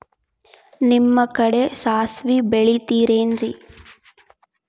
ನಿಮ್ಮ ಕಡೆ ಸಾಸ್ವಿ ಬೆಳಿತಿರೆನ್ರಿ?